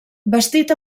bastit